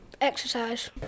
exercise